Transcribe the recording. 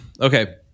Okay